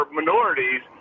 minorities